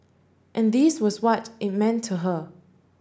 and this was what it meant to her